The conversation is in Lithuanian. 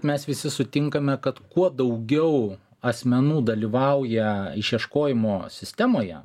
mes visi sutinkame kad kuo daugiau asmenų dalyvauja išieškojimo sistemoje